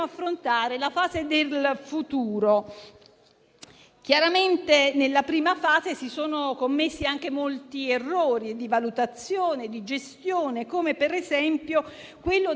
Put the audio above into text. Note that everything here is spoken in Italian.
perché non sono stati prodotti più rifiuti, anche perché nel bilancio complessivo il *lockdown* ha creato un decremento della loro produzione.